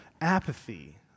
apathy